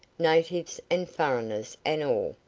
natives and furreners, and all.